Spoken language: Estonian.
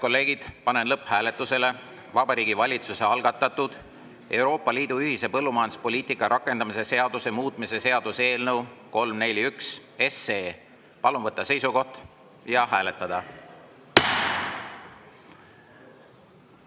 kolleegid, panen lõpphääletusele Vabariigi Valitsuse algatatud Euroopa Liidu ühise põllumajanduspoliitika rakendamise seaduse muutmise seaduse eelnõu 341. Palun võtta seisukoht ja hääletada!